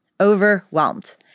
overwhelmed